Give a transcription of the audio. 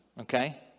okay